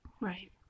Right